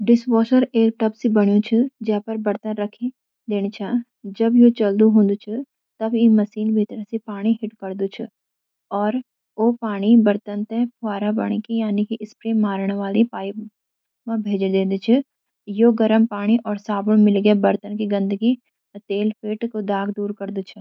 डिशवॉशर एक टब सी बनयूं छ, जै पर बर्तन राखी दींण छ। जब यो चालू हुंद छ, तब ई मशीन भीतर सै पानी हिट करदी छ, और ओ पानी बर्तन तै फुवां (स्प्रे) मारण वाली पाइपन म भेज दींद च। यो गरम पानी और साबुन मिलि के बर्तन की गंदगी, तेल-फेट, और दाग दूर करदं छ।